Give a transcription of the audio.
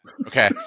Okay